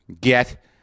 get